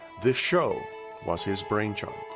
this show was his brainchild.